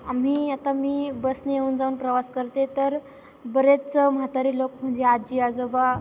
आम्ही आता मी बसने येऊन जाऊन प्रवास करते तर बरेच म्हातारी लोक म्हणजे आजी आजोबा